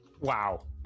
Wow